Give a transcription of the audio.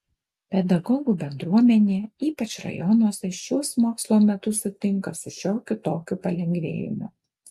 pedagogų bendruomenė ypač rajonuose šiuos mokslo metus sutinka su šiokiu tokiu palengvėjimu